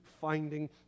finding